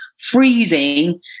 freezing